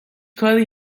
کاری